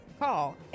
call